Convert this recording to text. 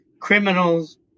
criminals